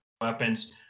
weapons